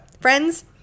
friends